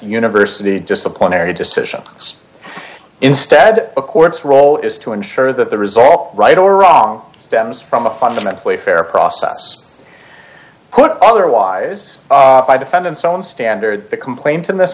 university disciplinary decisions instead a court's role is to ensure that the result right or wrong stems from a fundamentally fair process put otherwise by defendant's own standard the complaint in this